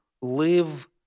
live